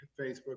Facebook